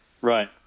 Right